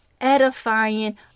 edifying